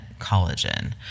collagen